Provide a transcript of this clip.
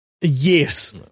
yes